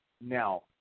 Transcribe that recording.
Now